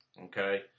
Okay